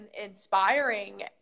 inspiring